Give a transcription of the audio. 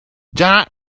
janet